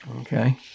Okay